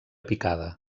picada